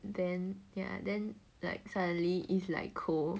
then ya then like suddenly it's like cool